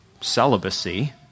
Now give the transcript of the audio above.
celibacy